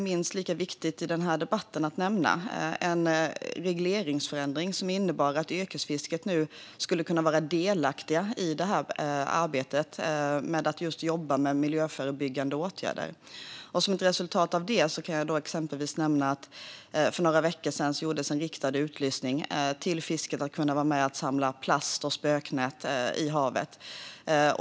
Minst lika viktigt att nämna i debatten är att vi gjorde en regleringsförändring som innebar att yrkesfisket nu skulle kunna vara delaktigt just i arbetet med miljöförebyggande åtgärder. Som ett resultat av det kan jag exempelvis nämna att för några veckor sedan gjordes en riktad utlysning till fisket att kunna vara med och samla plast och spöknät i havet.